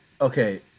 Okay